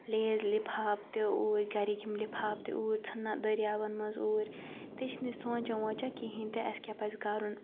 Lay's لِپھاپھ تہِ اوٗرۍ گَرِکۍ یِم لِپھاپھ تہِ اوٗرۍ ژھٕنان دٔریاوَن منٛز اوٗرۍ تہِ چھِنہٕ سونٛچان وونٛچان کِہیٖنۍ تہِ اَسہِ کیٛاہ پَزِ کَرُن